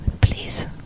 please